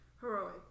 heroic